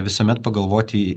visuomet pagalvoti